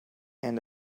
and